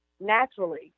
naturally